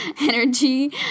energy